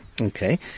Okay